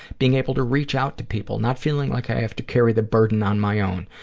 being able to reach out to people, not feeling like i have to carry the burden on my own.